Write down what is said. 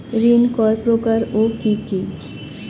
ঋণ কয় প্রকার ও কি কি?